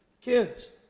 Kids